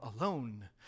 alone